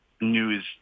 news